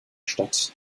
stadt